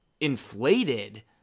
inflated